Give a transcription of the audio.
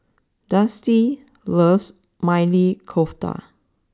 Dusty loves Maili Kofta